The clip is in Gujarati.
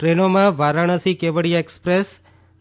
ટ્રેનોમાં વારાણસી કેવડીયા એક્સપ્રેસ